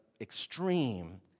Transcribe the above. extreme